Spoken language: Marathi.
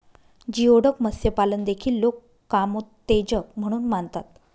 जिओडक मत्स्यपालन देखील लोक कामोत्तेजक म्हणून मानतात